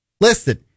Listen